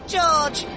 George